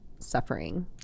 suffering